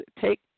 take